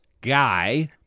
guy